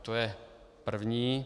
To je první.